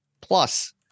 Plus